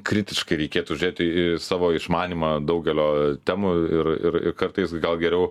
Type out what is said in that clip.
kritiškai reikėtų žiūrėti į savo išmanymą daugelio temų ir ir kartais gal geriau